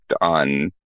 on